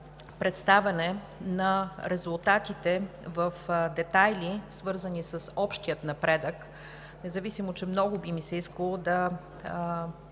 представяне на резултатите в детайли, свързани с общия напредък, независимо че много би ми се искало